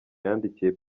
yandikiye